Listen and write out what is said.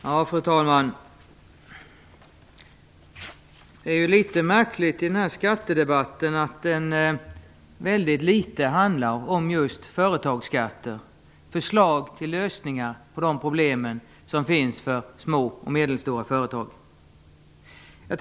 Fru talman! Det är litet märkligt att den här skattedebatten väldigt litet handlar om just företagsskatter och förslag till lösningar på de problem som finns för små och medelstora företag.